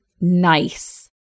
nice